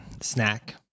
snack